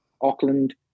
Auckland